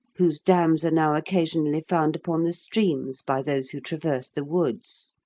whose dams are now occasionally found upon the streams by those who traverse the woods.